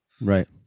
right